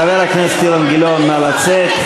חבר הכנסת אילן גילאון, נא לצאת.